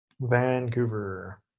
Vancouver